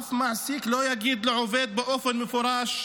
אף מעסיק לא יגיד לעובד באופן מפורש: